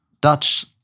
Dutch